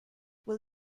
will